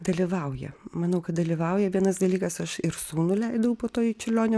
dalyvauja manau kad dalyvauja vienas dalykas aš ir sūnų leidau po to į čiurlionio